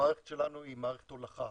המערכת שלנו היא מערכת הולכה.